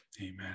Amen